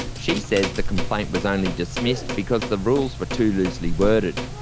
she says the complaint was only dismissed because the rules were too loosely-worded.